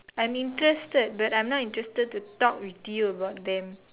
I'm interested but I'm not interested to talk with you about them